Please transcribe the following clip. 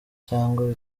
cyangwa